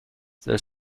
there